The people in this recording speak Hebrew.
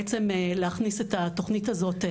בעצם להכניס את התוכנית הזו.